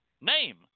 name